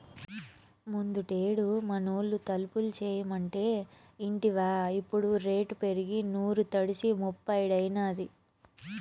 ముందుటేడు మనూళ్లో తలుపులు చేయమంటే ఇంటివా ఇప్పుడు రేటు పెరిగి సూరు తడిసి మోపెడైనాది